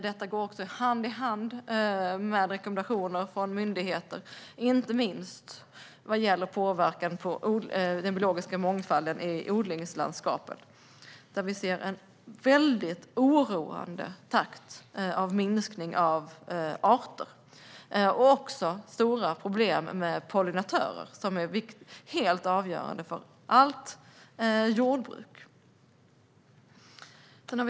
Detta går också hand i hand med rekommendationer från myndigheter, inte minst vad gäller påverkan på den biologiska mångfalden i odlingslandskapet. Där ser vi en minskning av arter i väldigt oroande takt och även stora problem med pollinatörer, som är helt avgörande för allt jordbruk.